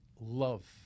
love